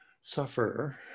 suffer